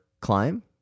climb